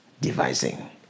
devising